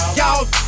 y'all